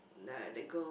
uh that girl